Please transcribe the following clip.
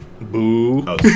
boo